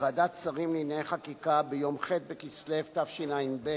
בוועדת שרים לענייני חקיקה ביום ח' בכסלו תשע"ב,